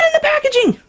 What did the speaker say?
and the packaging!